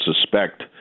suspect